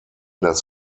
das